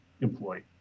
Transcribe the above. employee